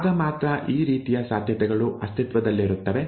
ಆಗ ಮಾತ್ರ ಈ ರೀತಿಯ ಸಾಧ್ಯತೆಗಳು ಅಸ್ತಿತ್ವದಲ್ಲಿರುತ್ತವೆ